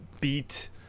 beat